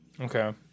okay